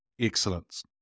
excellence